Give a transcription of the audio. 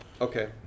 Okay